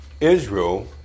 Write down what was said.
Israel